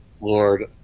Lord